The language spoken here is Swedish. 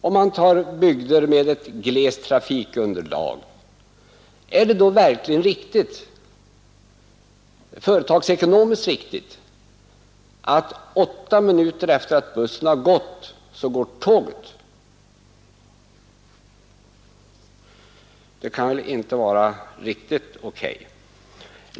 Är det verkligen företagsekonomiskt riktigt att det i en bygd med glest trafikunderlag förekommer att tåget går åtta minuter efter det att bussen har gått? Det kan väl inte vara riktigt okay.